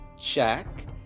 check